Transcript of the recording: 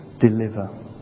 deliver